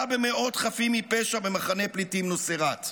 במאות חפים מפשע במחנה פליטים נוסייראת.